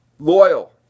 Loyal